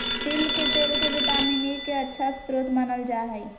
तिल के तेल के विटामिन ई के अच्छा स्रोत मानल जा हइ